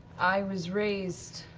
i was raised